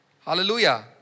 Hallelujah